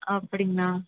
அப்படிங்களா